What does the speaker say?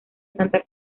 santa